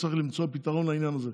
צריך למצוא פתרון לעניין הזה.